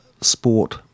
sport